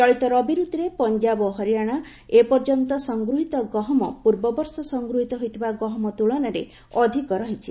ଚଳିତ ରବିଋତୁରେ ପଞ୍ଜାବ ଓ ହରିଆନା ଏପର୍ଯ୍ୟନ୍ତ ସଂଗୃହିତ ଗହମ ପୂର୍ବବର୍ଷ ସଂଗୃହୀତ ହୋଇଥିବା ଗହମ ତୁଳନାରେ ଅଧିକ ରହିଛି